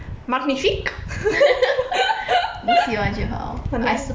你喜欢就好 I support your decisions